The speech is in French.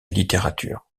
littérature